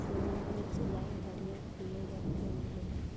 शिमला मिर्च लाल, हरिहर, पियर रंग के मिलेला